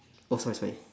oh sorry sorry